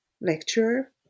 lecturer